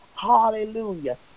hallelujah